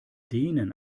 denen